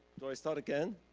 do i start again?